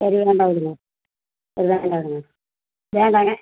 சரி வேண்டாம் விடுங்க அது வேண்டாங்க வேண்டாங்க